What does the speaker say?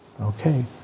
Okay